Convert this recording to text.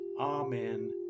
Amen